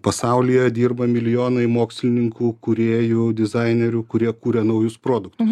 pasaulyje dirba milijonai mokslininkų kūrėjų dizainerių kurie kuria naujus produktus